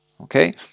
okay